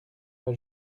pas